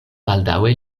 baldaŭe